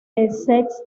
essex